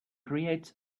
creates